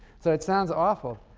so it sounds awful,